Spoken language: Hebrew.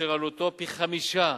אשר עלותו פי-חמישה